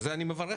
ועל זה אני מברך,